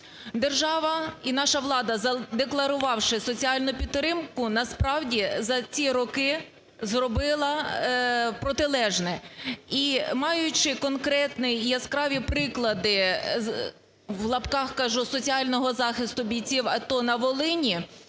Держава і наша влада, задекларувавши соціальну підтримку, насправді за ці роки зробила протилежне. І, маючи конкретні і яскраві приклади, в лапках кажу, соціального захисту бійців АТО на Волині,